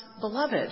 beloved